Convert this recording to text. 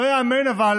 לא ייאמן, אבל